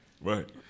Right